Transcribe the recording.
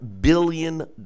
billion